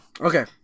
Okay